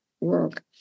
work